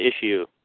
issue